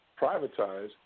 privatized